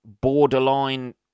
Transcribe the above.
borderline